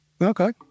Okay